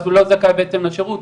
אז הוא לא זכאי בעצם לשירות,